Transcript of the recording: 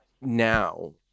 now